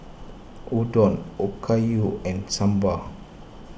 Udon Okayu and Sambar